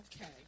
Okay